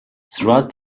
throughout